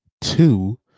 two